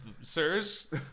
sirs